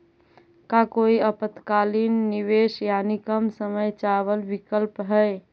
का कोई अल्पकालिक निवेश यानी कम समय चावल विकल्प हई?